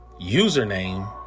username